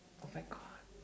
oh my God